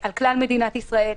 על כלל מדינת ישראל.